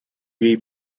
jej